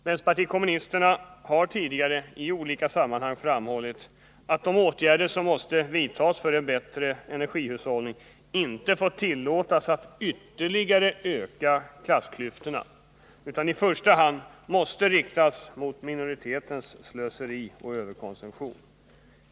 Vänsterpartiet kommunisterna har tidigare i olika sammanhang framhållit att de åtgärder som måste vidtas för att man skall åstadkomma en bättre energihushållning inte får tillåtas att ytterligare öka klassklyftorna utan i första hand måste riktas mot minoritetens slöseri och överkonsumtion.